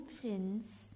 prince